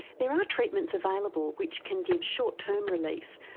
there are treatments available which can give short-term relief,